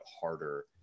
harder